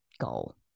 goal